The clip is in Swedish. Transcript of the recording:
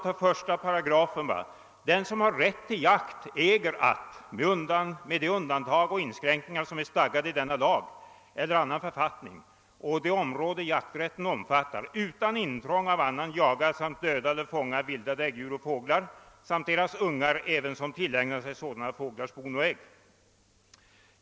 Där sägs i 1 §: »Den som har rätt till jakt äger att, med de undantag och inskränkningar som äro stadgade i denna lag eller annan författning, å det område jakträtten omfattar utan intrång av annan jaga samt döda eller fånga vilda däggdjur och fåglar samt deras ungar ävensom tillägna sig sådana fåglars bon och ägg.